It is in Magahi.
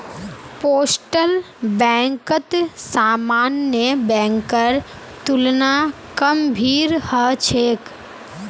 पोस्टल बैंकत सामान्य बैंकेर तुलना कम भीड़ ह छेक